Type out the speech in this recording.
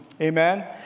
Amen